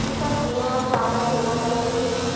یہ سب گیم ہم زیادہ کھیلا کرتے تھے